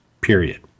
period